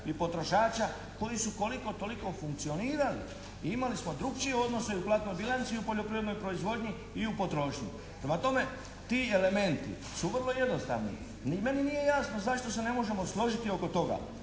i potrošača koji su koliko toliko funkcionirali i imali smo drukčije odnose u platnoj bilanci i u poljoprivrednoj proizvodnji i u potrošnji. Prema tome, ti elementi su vrlo jednostavni. Meni nije jasno zašto se ne možemo složiti oko toga